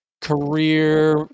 career